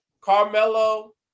Carmelo